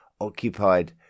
occupied